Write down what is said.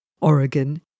Oregon